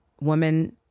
woman